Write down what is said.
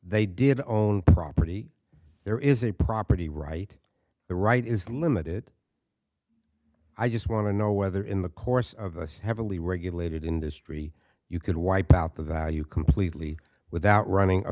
they didn't own the property there is a property right the right is limited i just want to know whether in the course of us heavily regulated industry you could wipe out the value completely without running a